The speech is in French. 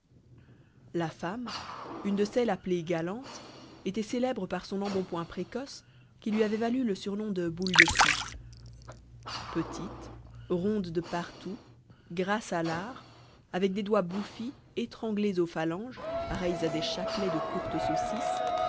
la femme une de celles appelées galantes était célèbre par son embonpoint précoce qui lui avait valu le surnom de boule de suif petite ronde de partout grasse à lard avec des doigts bouffis étranglés aux phalanges pareils à des chapelets de courtes saucisses